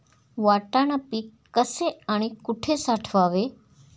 वाटाणा पीक कसे आणि कुठे साठवावे?